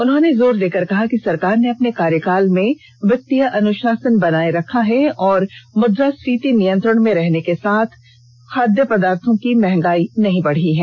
उन्होंने जोर देकर कहा कि सरकार ने अपने कार्यकाल में वित्तीय अनुशासन बनाये रखा है और मुद्रा स्फीति नियंत्रण में रहने के साथ खाद्य पदार्थों की महंगाई नहीं बढ़ी हैं